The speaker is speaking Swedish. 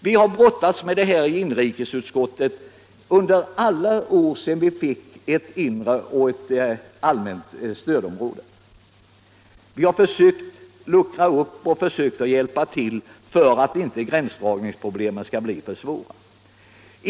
Vi har brottats med detta i inrikesutskottet under alla år sedan det tillkom ett inre och ett allmänt stödområde. Vi har försökt att luckra upp det hela och försökt hjälpa till för att inte gränsdragningsproblemen skall bli för svåra.